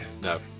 No